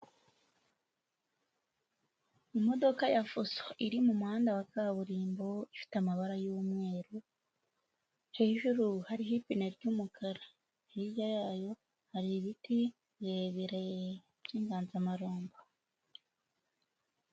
Imodoka ya fuso iri mu muhanda wa kaburimbo ifite amabara y'umweru. Hejuru hariho ipine ry'umukara, hirya yayo hari ibiti birebire by'inganzamarumbo.